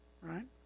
right